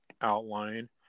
outline